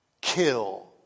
kill